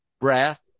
breath